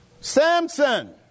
Samson